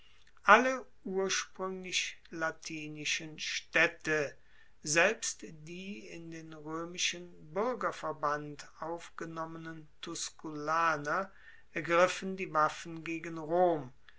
alle urspruenglich latinischen staedte selbst die in den roemischen buergerverband aufgenommenen tusculaner ergriffen die waffen gegen rom